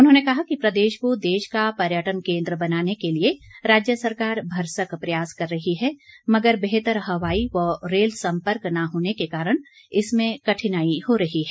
उन्होंने कहा कि प्रदेश को देश का पर्यटन केन्द्र बनाने के लिए राज्य सरकार भरसक प्रयास कर रही है मगर बेहतर हवाई व रेल संपर्क न होने के कारण इसमें कठिनाई हो रही है